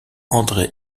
andré